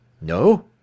No